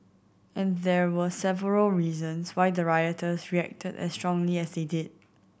and there were several reasons why the rioters reacted as strongly as they did